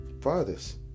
fathers